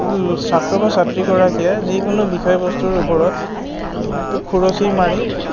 ছাত্ৰ বা ছাত্ৰীগৰাকীয়ে যিকোনো বিষয়বস্তুৰ ওপৰত খুৰচী মাৰি